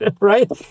right